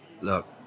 Look